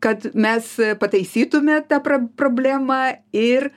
kad mes pataisytume tą pra problemą ir